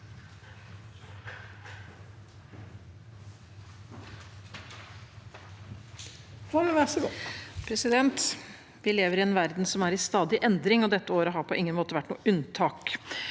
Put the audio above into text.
Vi lever i en verden som er i stadig endring, og dette året har på ingen måte vært noe unntak.